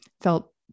felt